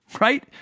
right